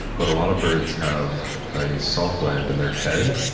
but a lot of birds have a salt gland in their head,